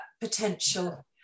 potential